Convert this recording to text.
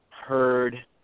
heard